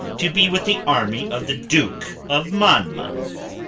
to be with the army of the duke of monmouth?